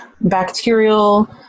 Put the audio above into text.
bacterial